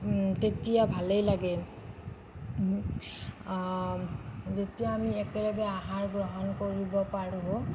তেতিয়া ভালেই লাগে যেতিয়া আমি একেলগে আহাৰ গ্ৰহণ কৰিব পাৰোঁ